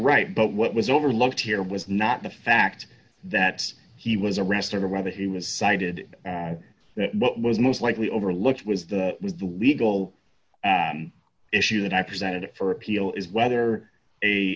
right but what was overlooked here was not the fact that he was arrested or rather he was cited as that what was most likely overlooked was that was the legal issue that i presented it for appeal is whether a